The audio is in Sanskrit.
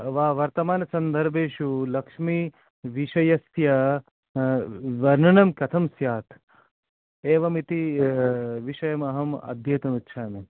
वा वर्तमान सन्दर्भेषु लक्ष्मीविषयस्य वर्णनं कथं स्यात् एवमिति विषयमहं अध्येतुं इच्छामि